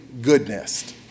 goodness